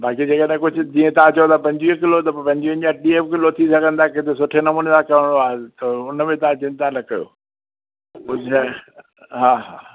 बाक़ी जेका तव्हां कुझु जीअं तव्हां चओ था पंजवीह किलो त पोइ पंजवीहन जा टीह बि किलो थी सघनि था केॾो सुठे नमूने तव्हां चओ हल त उन में तव्हां चिंता न कयो गुल हा हा